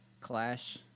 Clash